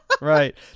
Right